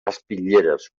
espitlleres